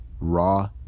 Raw